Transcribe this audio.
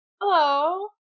Hello